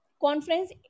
conference